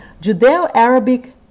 Judeo-Arabic